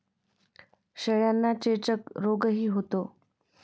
शेळ्यांना चेचक रोगही होतो